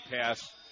pass